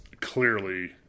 clearly –